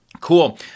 cool